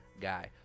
guy